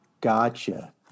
Gotcha